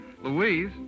Louise